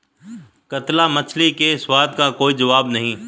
कतला मछली के स्वाद का कोई जवाब नहीं